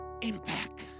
impact